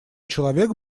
человек